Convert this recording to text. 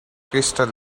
crystal